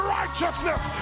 righteousness